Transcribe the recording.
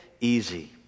easy